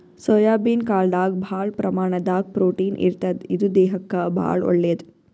soybean ಕಾಳ್ದಾಗ್ ಭಾಳ್ ಪ್ರಮಾಣದಾಗ್ ಪ್ರೊಟೀನ್ ಇರ್ತದ್ ಇದು ದೇಹಕ್ಕಾ ಭಾಳ್ ಒಳ್ಳೇದ್